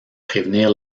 prévenir